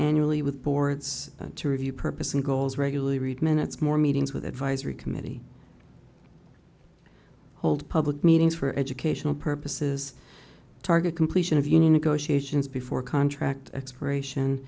annually with boards to review purpose and goals regularly read minutes more meetings with advisory committee hold public meetings for educational purposes target completion of union negotiations before contract expiration